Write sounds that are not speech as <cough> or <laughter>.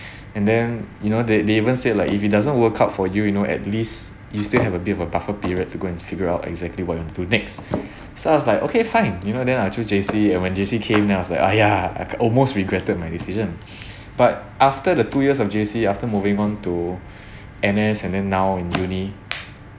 <breath> and then you know they they even said like if it doesn't work out for you you know at least you still have a bit of a buffer period to go and figure out exactly what you want to do next <breath> so I was like okay fine you know then I choose J_C and when J_C came then I was like !aiya! I'd almost regretted my decision <breath> but after the two years of J_C after moving on to <breath> N_S and then now in uni